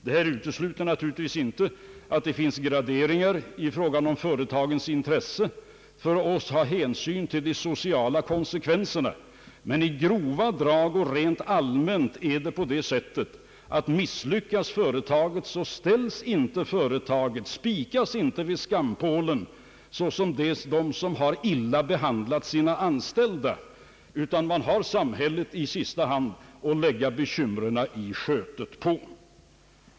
Detta utesluter naturligtvis inte att det finns graderingar i fråga om företagens intresse att ta hänsyn till de sociala konsekvenserna, men i grova drag och rent allmänt är det så att ett företag som misslyckas inte spikas vid skampålen såsom en som illa har behandlat sina anställda, utan man har i sista hand samhällets sköte att lägga bekymren i.